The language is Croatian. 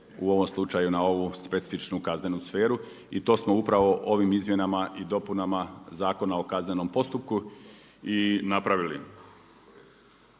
u ovom slučaju na ovu specifičnu kaznenu sferu. I to smo upravo ovim izmjenama i dopunama Zakona o kaznenom postupku i napravili.